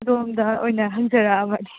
ꯑꯗꯣꯝꯗ ꯑꯣꯏꯅ ꯍꯪꯖꯔꯛꯂꯕꯅꯤ